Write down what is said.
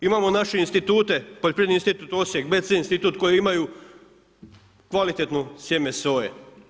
Imamo naše institute, Poljoprivredni institut Osijek, … institut koji imaju kvalitetno sjeme soje.